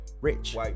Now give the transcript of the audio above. rich